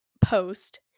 post